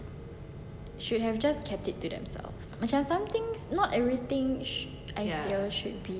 should have just kept it to themselves macam something not everything sh~ other people should be